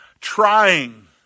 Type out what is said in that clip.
trying